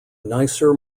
nicer